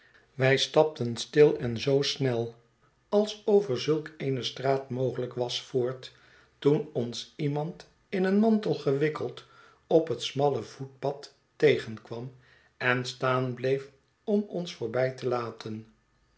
wij stapten stil en zoo snel als over zulk eene straat mogelijk was voort toen ons iemand in een mantel gewikkeld op het smalle voetpad tegenkwam en staan bleef om ons voorbij te laten